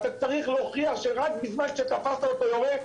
אתה צריך להוכיח שרק בזמן שתפסת אותו יורה,